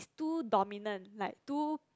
two dominant like two